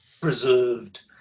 preserved